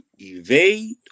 evade